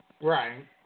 Right